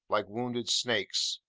like wounded snakes.